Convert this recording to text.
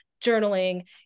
journaling